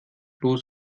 los